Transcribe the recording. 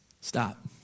Stop